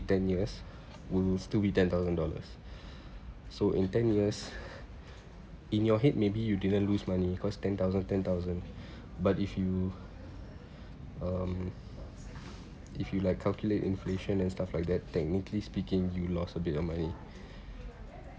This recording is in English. ten years will still be ten thousand dollars so in ten years in your head maybe you didn't lose money cause ten thousand ten thousand but if you um if you like calculate inflation and stuff like that technically speaking you lost a bit of money